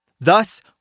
Thus